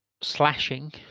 slashing